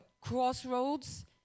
crossroads